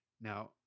Now